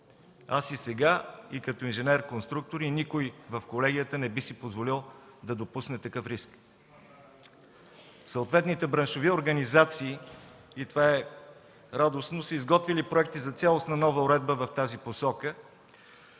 Аз и сега, и като инженер конструктор, и никой в Колегията не би си позволил да допусне такъв риск. Съответните браншови организации – и това е радостно, са изготвили проекти за цялостна нова уредба в тази посока,